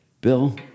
Bill